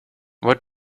what